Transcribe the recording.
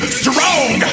strong